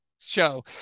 show